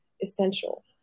essential